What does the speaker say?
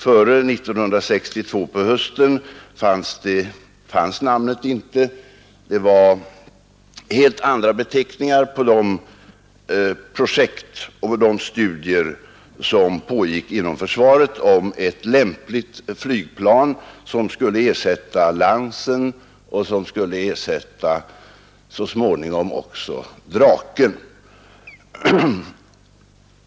Före hösten 1962 fanns namnet inte. Det var helt andra beteckningar på de projekt och de studier som pågick inom försvaret beträffande ett lämpligt flygplan som skulle ersätta Lansen och så småningom eventuellt även Draken.